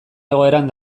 egoeran